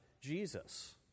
Jesus